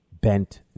bent